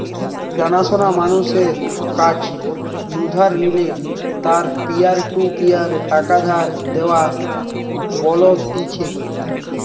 জানা শোনা মানুষের কাছ নু ধার নিলে তাকে পিয়ার টু পিয়ার টাকা ধার দেওয়া বলতিছে